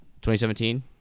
2017